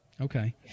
Okay